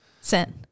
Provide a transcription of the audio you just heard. Sin